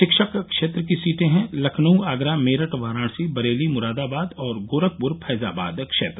शिक्षक क्षेत्र की सीटे हैं लखनऊ आगरा मेरठ वाराणसी बरेली मुरादाबाद और गोरखपुर फैजाबाद क्षेत्र